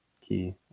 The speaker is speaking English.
key